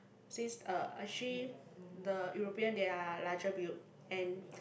since uh actually the European they are larger build and